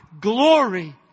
glory